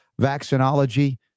vaccinology